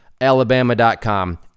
Alabama.com